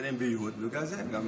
מתחילים ביו"ד, בגלל זה.